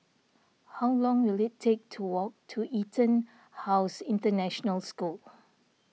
how long will it take to walk to EtonHouse International School